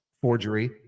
forgery